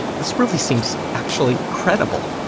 this really seems actually credible.